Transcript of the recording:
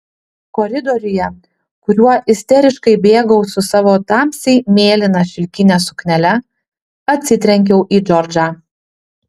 koridoriuje kuriuo isteriškai bėgau su savo tamsiai mėlyna šilkine suknele atsitrenkiau į džordžą